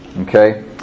Okay